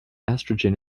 estrogen